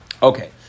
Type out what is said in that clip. Okay